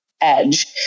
edge